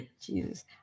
Jesus